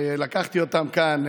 לקחתי אותם לכאן,